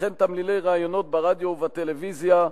וכן תמלילי ראיונות ברדיו ובטלוויזיה,